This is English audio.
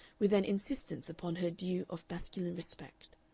with an insistence upon her due of masculine respect.